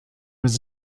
his